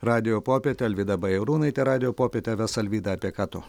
radijo popietė alvyda bajarūnaitė radijo popietę ves alvyda apie ką tu